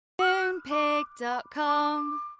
Moonpig.com